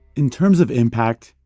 in terms of impact,